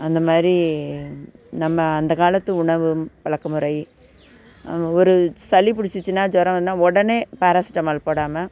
அந்த மாதிரி நம்ம அந்த காலத்து உணவு பழக்க முறை ஒரு சளி பிடுச்சுச்சின்னா ஜூரம் வந்தால் உடனே பேராசெட்டமால் போடாமல்